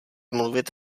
mluvit